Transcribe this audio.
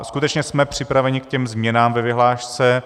Skutečně jsme připraveni ke změnám ve vyhlášce.